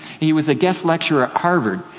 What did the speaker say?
he was a guest lecturer at harvard,